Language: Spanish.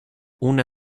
una